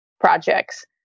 projects